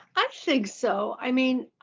i think so. i mean,